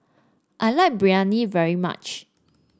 I like Biryani very much